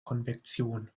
konvektion